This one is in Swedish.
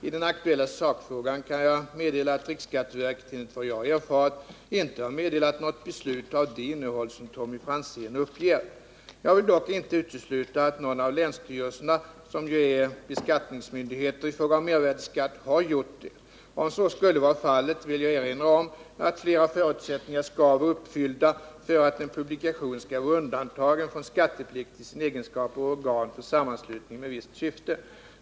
I den aktuella sakfrågan kan jag meddela att riksskatteverket, enligt vad jag har erfarit, inte har meddelat något beslut av det innehåll som Tommy Franzén uppger. Jag vill dock inte utesluta att någon av länsstyrelserna, som ju är beskattningsmyndigheter i fråga om mervärdeskatt, har gjort det. Om så skulle vara fallet vill jag erinra om att flera förutsättningar skall vara uppfyllda för att en publikation skall vara undantagen från skatteplikt i sin egenskap av organ för sammanslutning med visst syfte.